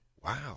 Wow